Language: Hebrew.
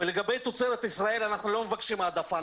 לגבי תוצרת ישראלית, אנחנו לא מבקשים העדפה.